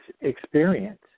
experience